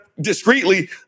discreetly